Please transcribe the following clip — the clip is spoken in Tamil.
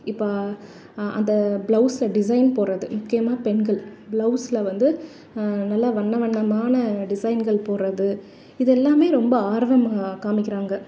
இப்போ அந்த ப்ளவுஸில் டிசைன் போடுறது முக்கியமாக பெண்கள் ப்ளவுஸில் வந்து நல்லா வண்ண வண்ணமான டிசைன்கள் போடுறது இதெல்லாமே ரொம்ப ஆர்வம் காமிக்கிறாங்க